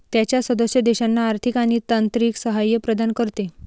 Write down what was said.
त्याच्या सदस्य देशांना आर्थिक आणि तांत्रिक सहाय्य प्रदान करते